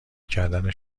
کردن